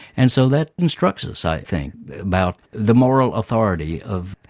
and so that instructs us i think, about the moral authority of,